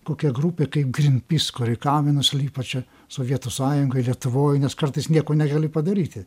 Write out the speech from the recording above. kokia grupė kaip gryn pys kur į kaminus lipa čia sovietų sąjungoj lietuvoj nes kartais nieko negali padaryti